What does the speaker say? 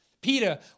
Peter